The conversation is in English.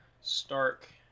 Stark